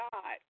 God